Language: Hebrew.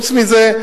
חוץ מזה,